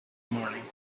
morning